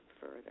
further